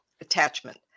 attachment